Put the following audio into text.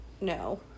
No